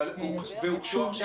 הוגשו עכשיו